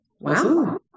wow